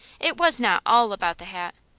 it was not all about the hat.